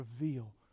reveal